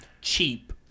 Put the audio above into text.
cheap